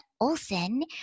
Olson